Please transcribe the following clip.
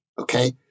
okay